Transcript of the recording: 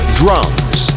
drums